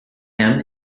him